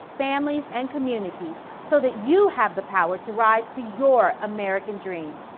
families and communities, so that you have the power to rise to your american dream.